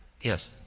Yes